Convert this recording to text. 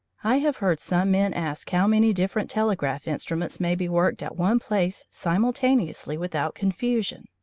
i have heard some men ask how many different telegraph instruments may be worked at one place simultaneously without confusion.